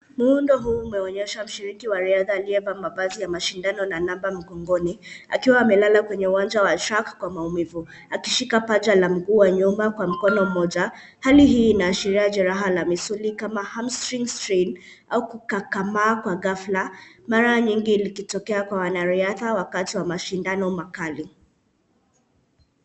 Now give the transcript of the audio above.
Muundo huu umeonyesha mshiriki wa riadha aliyevaa mavazi ya mashindano na namba mgongoni, akiwa amelala kwenye uwanja wa shack kwa maumivu akishika paja la mguu wa nyuma kwa mkono moja. Hali hii inaashiria jeraha la misuli kama hamstring strain au kukakamaa kwa ghafla, mara nyingi likitokea kwa wanariadha wakati wa mashindano makali.